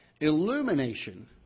Illumination